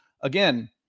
again